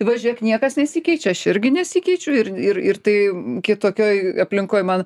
va žiūrėk niekas nesikeičia aš irgi nesikeičiu ir ir ir tai kitokioj aplinkoj man